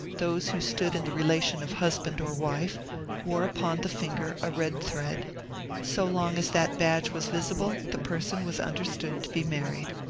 those who stood in the relation of husband or wife wore upon the finger a red thread so long as that badge was visi ble the person was understood to be married.